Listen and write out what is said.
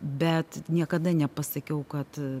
bet niekada nepasakiau kad